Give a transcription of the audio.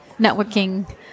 networking